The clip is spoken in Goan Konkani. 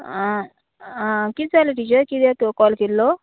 आं आं कितें जालें टिचर किद्या तूं कॉल केल्लो